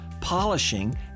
polishing